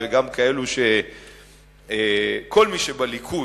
כל מי שבליכוד,